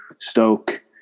Stoke